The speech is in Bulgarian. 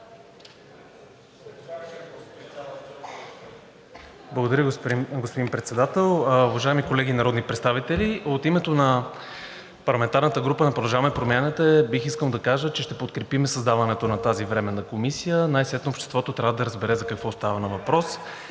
Благодаря, господин Председател. Уважаеми колеги народни представители, от името на парламентарната група на „Продължаваме Промяната“ бих искал да кажа, че ще подкрепим създаването на тази временна комисия. Най после обществото трябва да разбере за какво става въпрос